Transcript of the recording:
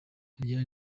ariane